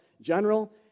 general